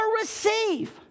receive